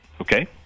Okay